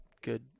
good